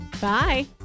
Bye